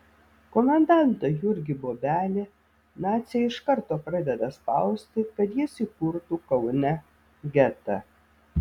komendantą jurgį bobelį naciai iš karto pradeda spausti kad jis įkurtų kaune getą